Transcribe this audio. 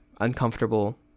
uncomfortable